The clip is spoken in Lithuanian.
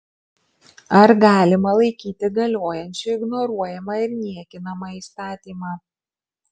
ar galima laikyti galiojančiu ignoruojamą ir niekinamą įstatymą